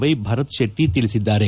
Y Bharat Shetty ತಿಳಿಸಿದ್ದಾರೆ